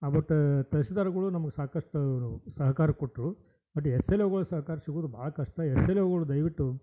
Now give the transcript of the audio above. ಆವತ್ತು ತಹಶಿಲ್ದಾರ್ಗಳು ನಮ್ಗೆ ಸಾಕಷ್ಟು ಸಹಕಾರ ಕೊಟ್ಟರು ಬಟ್ ಎಸ್ ಎಲ್ ಓಗಳ ಸಹಕಾರ ಸಿಗೋದು ಭಾಳ ಕಷ್ಟ ಇದೆ ಎಸ್ ಎಲ್ ಓಗಳು ದಯವಿಟ್ಟು